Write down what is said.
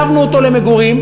הסבנו אותו למגורים,